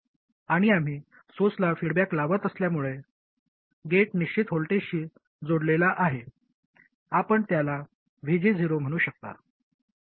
आणि आम्ही सोर्सला फीडबॅक लावत असल्यामुळे गेट निश्चित व्होल्टेजशी जोडलेला आहे आपण त्याला VG0 म्हणू शकता